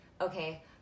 Okay